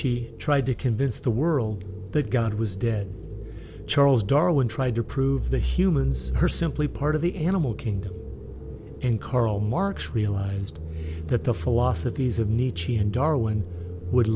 nietzsche tried to convince the world that god was dead charles darwin tried to prove that humans are simply part of the animal kingdom and karl marx realized that the philosophies of need and darwin would